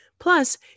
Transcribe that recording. Plus